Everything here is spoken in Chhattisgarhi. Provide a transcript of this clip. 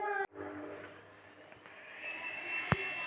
किरपा करके मोला मोर खाता के आखिरी पांच लेन देन देखाव